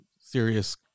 serious